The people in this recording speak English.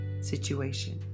situation